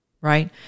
right